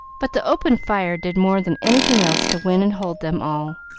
but the open fire did more than anything else to win and hold them all,